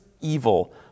evil